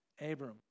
Abram